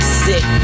sick